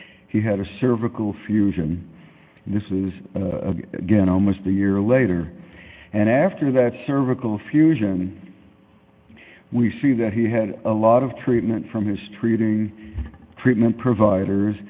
he had a cervical fusion and this is again almost a year later and after that cervical fusion we see that he had a lot of treatment from his treating treatment providers